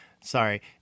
sorry